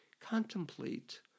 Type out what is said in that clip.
Contemplate